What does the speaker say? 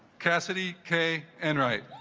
cassidy k and right